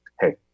Hey